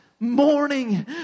Morning